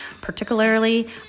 particularly